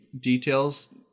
details